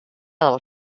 del